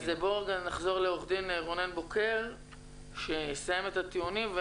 אז בואו נחזור לעורך-דין רונן בוקר שיסיים את הטיעונים.